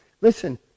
listen